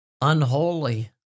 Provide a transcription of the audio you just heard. unholy